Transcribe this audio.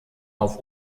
auf